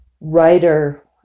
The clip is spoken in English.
writer